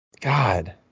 God